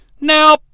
Now